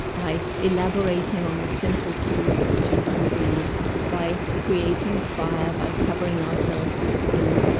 by elaborating on the simple tools of the chimpanzees by creating fire, by covering ourselves with skins,